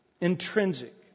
Intrinsic